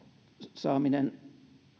saaminen